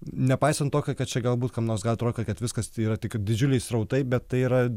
nepaisant to ka kad čia galbūt kam nors atrodo ka kad viskas tai yra tik didžiuliai srautai bet tai yra